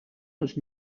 was